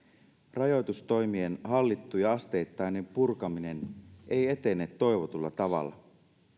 rajoitustoimien hallittu ja asteittainen purkaminen ei etene toivotulla tavalla